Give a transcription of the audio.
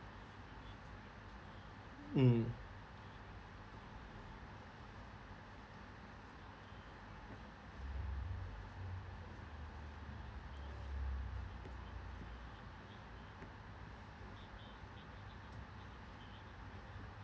mm